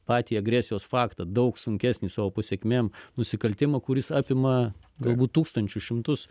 patį agresijos faktą daug sunkesnis o pasekmė nusikaltimo kuris apima galbūt tūkstančius šimtus